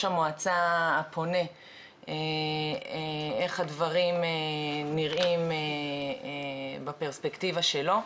המועצה הפונה איך הדברים נראים בפרספקטיבה שלו.